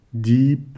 deep